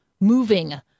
moving